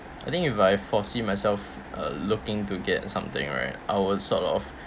I think if I foresee myself uh looking to get something right I would sort of